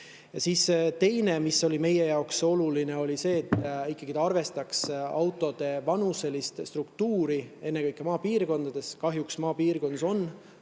Teine, mis oli meie jaoks oluline, oli see, et ikkagi arvestataks autode vanuselist struktuuri, ennekõike maapiirkondades. Kahjuks on maapiirkondades